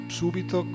subito